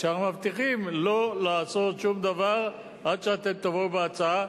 כאשר אנחנו מבטיחים לא לעשות שום דבר עד שאתם תבואו בהצעה.